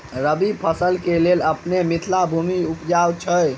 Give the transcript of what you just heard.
रबी फसल केँ लेल अपनेक मिथिला भूमि उपजाउ छै